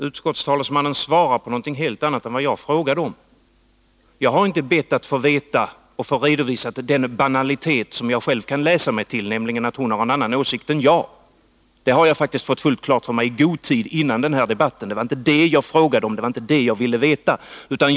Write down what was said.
Herr talman! Utskottets talesman svarar på något helt annat än vad jag frågade om. Jag har inte bett att få redovisad den banalitet som jag själv kan läsa mig till, nämligen att utskottets talesman har en annan åsikt än jag. Det har jag faktiskt fått fullt klart för mig i god tid före den här debatten. Det var inte det jag frågade om och ville ha besked om.